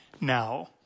now